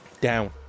down